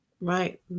Right